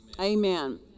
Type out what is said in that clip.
Amen